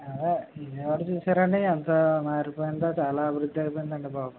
అదే విజయవాడ చూసారా అండి ఎంత మారిపోయిందో చాలా అభివృద్ధి అయిపోయిందండి బాబు